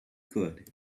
could